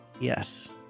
Yes